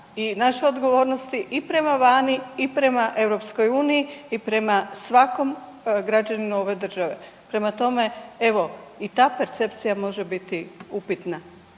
i naše odgovornosti i prema vani i prema EU i prema svakom građaninu ove države. Prema tome, evo i ta percepcija može biti upitna.